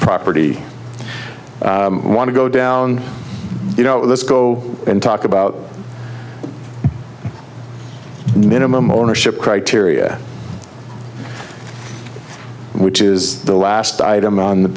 property i want to go down you know this go and talk about minimum ownership criteria which is the last item on the